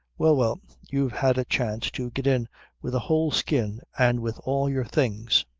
well! well! you've had a chance to get in with a whole skin and with all your things.